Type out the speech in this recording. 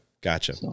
gotcha